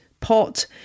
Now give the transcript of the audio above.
pot